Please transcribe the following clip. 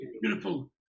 beautiful